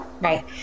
Right